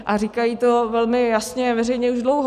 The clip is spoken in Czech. A říkají to velmi jasně a veřejně už dlouho.